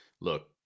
look